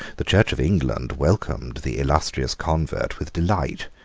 the church of england welcomed the illustrious convert with delight.